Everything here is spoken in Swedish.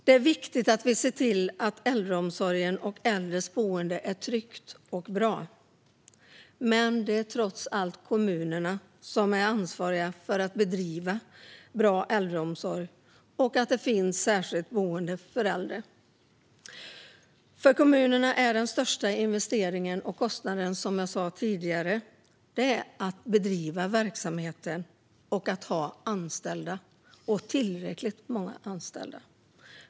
Det är viktigt att vi ser till att äldreomsorgen och äldres boenden är trygga och bra, men det är trots allt kommunerna som är ansvariga för att bedriva bra äldreomsorg och för att det finns särskilda boenden för äldre. För kommunerna handlar den största investeringen och kostnaden, som jag sa tidigare, om att bedriva verksamheten och om att ha tillräckligt många anställda.